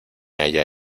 haya